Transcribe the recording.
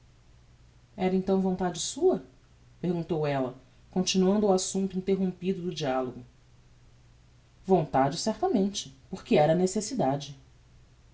era então vontade sua perguntou ella continuando o assumpto interropido do dialogo vontade certamente porque era necessidade